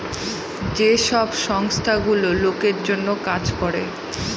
যে সব সংস্থা গুলো লোকের জন্য কাজ করে